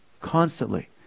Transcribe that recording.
constantly